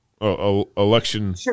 election